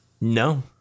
No